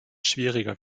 schwieriger